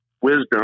wisdom